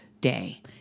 day